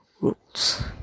rules